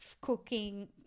cooking